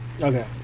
Okay